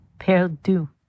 perdu